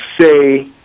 say